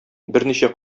берничә